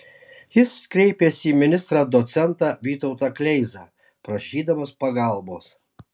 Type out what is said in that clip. jis kreipėsi į ministrą docentą vytautą kleizą prašydamas pagalbos